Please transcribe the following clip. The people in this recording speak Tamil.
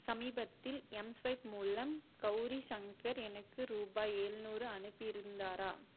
சமீபத்தில் எம்ஸ்வைப் மூலம் கௌரி சங்கர் எனக்கு ரூபாய் ஏழுநூறு அனுப்பி இ ருந்தாரா